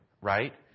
Right